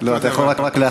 לא, אתה יכול רק לאחת.